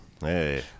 Hey